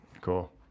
Cool